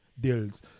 deals